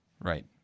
Right